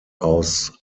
aus